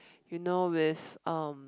you know with um